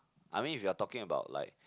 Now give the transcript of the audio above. I mean if you're talking about like